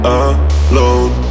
alone